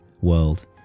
world